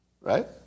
right